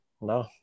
No